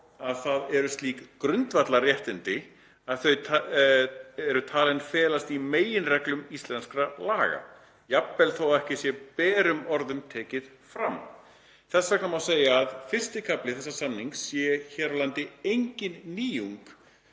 að það eru slík grundvallarréttindi að þau eru talin felast í meginreglum íslenskra laga, jafnvel þó að það sé ekki berum orðum fram tekið. Þess vegna má segja að I. kafli þessa samnings sé hér á landi engin nýjung